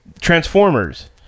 Transformers